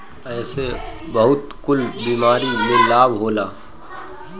एसे बहुते कुल बीमारी में लाभ होला